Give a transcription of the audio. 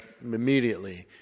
Immediately